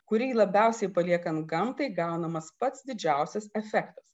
kurį labiausiai paliekant gamtai gaunamas pats didžiausias efektas